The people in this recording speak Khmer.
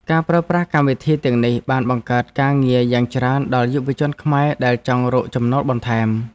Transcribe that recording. ការប្រើប្រាស់កម្មវិធីទាំងនេះបានបង្កើតការងារយ៉ាងច្រើនដល់យុវជនខ្មែរដែលចង់រកចំណូលបន្ថែម។